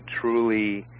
truly